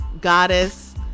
goddess